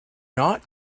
not